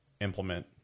implement